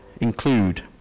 include